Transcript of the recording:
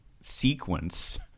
sequence